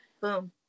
boom